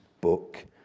book